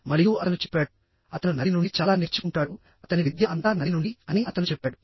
మరియు అతను చెప్పాడుఅతను నది నుండి చాలా నేర్చుకుంటాడు అతని విద్య అంతా నది నుండి అని అతను చెప్పాడు